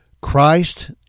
Christ